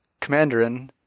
Commanderin